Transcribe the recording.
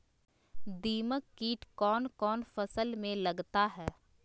दीमक किट कौन कौन फसल में लगता है?